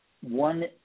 one